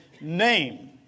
name